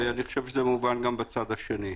ואני חושב שזה מובן גם בצד השני.